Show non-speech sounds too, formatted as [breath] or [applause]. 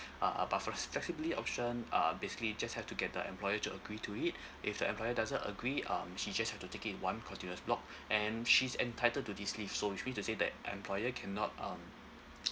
uh but for flexibly option uh basically just have to get the employer to agree to it [breath] if the employer doesn't agree um she just have to take it in one continuous block [breath] and she's entitled to this leave so which mean to say that employer cannot um